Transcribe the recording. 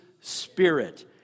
spirit